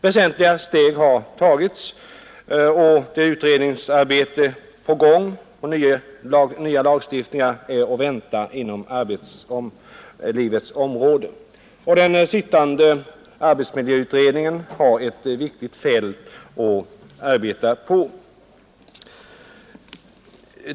Väsentliga steg har tagits. Utredningsarbetet pågår, och nya lagstiftningar är att vänta inom arbetslivets område. Den sittande arbetsmiljöutredningen har ett viktigt fält att arbeta på.